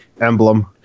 emblem